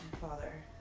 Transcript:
Father